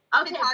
okay